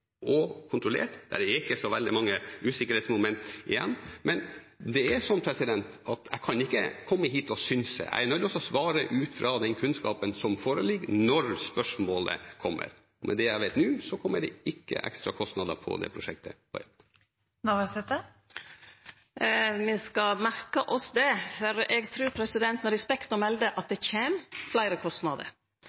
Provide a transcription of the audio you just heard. og kontrollert. Det er ikke så veldig mange usikkerhetsmomenter igjen. Men det er sånn at jeg kan ikke komme hit og synse. Jeg er nødt til å svare ut fra den kunnskapen som foreligger når spørsmålet kommer. Med det jeg vet nå, kommer det ikke ekstra kostnader på det prosjektet. Me skal merke oss det, for eg trur med respekt å melde at det kjem fleire kostnader.